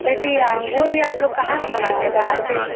कोई भी अंगूर भी आप लोग कहाँ से मंगाते हैं बाहर से